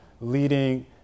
leading